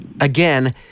again